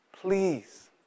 Please